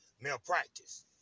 malpractice